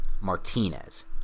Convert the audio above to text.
Martinez